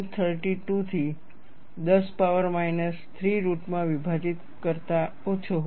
32 થી 10 power minus 3 રુટમાં વિભાજિત કરતા ઓછો હોય